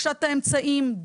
קשת האמצעים,